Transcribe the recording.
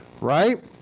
right